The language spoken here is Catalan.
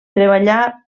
treballà